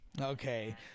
okay